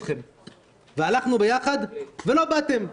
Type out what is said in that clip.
הלכנו יחד, ולא באתם.